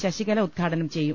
ശശികല ഉദ്ഘാടനം ചെയ്യും